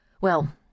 Well